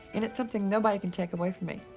and it's something nobody can take away from me.